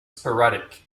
sporadic